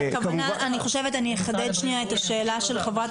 אני אחדד שנייה את השאלה שלך חברת